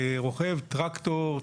לרוכב טרקטור,